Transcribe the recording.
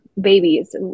babies